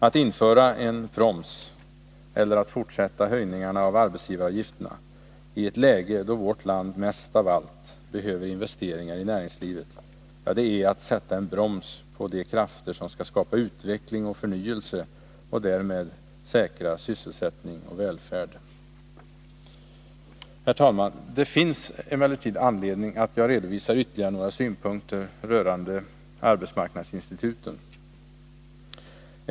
Att införa en proms — eller att fortsätta höjningarna av arbetsgivaravgifterna—i ett läge där vårt land mest av allt behöver investeringar i näringslivet, är att sätta en broms på de krafter som skall skapa utveckling och förnyelse och därmed säkra sysselsättning och välfärd. Herr talman! Det finns emellertid anledning att jag redovisar ytterligare några synpunkter rörande arbetsmarknadsinstituten.